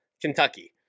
Kentucky